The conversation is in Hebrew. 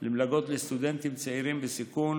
שקלים למלגות לסטודנטים צעירים בסיכון